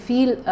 Feel